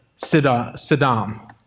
Saddam